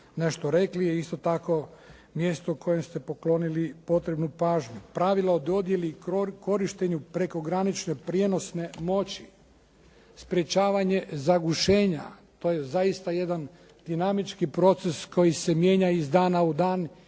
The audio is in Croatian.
nešto rekli, je isto tako mjesto kojem ste poklonili potrebnu pažnju. Pravila o dodjeli i korištenju prekogranično prijenosne moći, sprječavanje zagušenja, to je zaista jedan dinamički proces koji se mijenja iz dana u dan